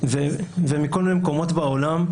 ומכל מיני מקומות בעולם,